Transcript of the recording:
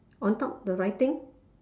on top the writing